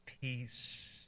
peace